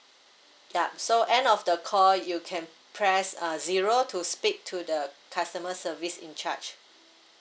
yup so end of the call you can press uh zero to speak to the customer service in charge